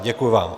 Děkuji vám.